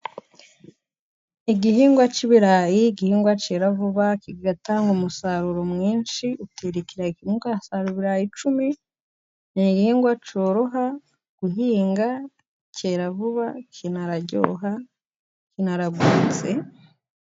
Igihingwa cy'ibirayi, igihingwa kera vuba kigatanga umusaruro mwinshi, utera ikirayi kimwe ugasarura ibirayi icumi. Ni igihingwa cyoroha kigihinga cyera vuba, kiraryoha, kiraguritse.